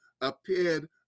appeared